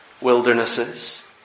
wildernesses